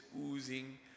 oozing